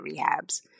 rehabs